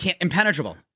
impenetrable